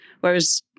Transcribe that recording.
Whereas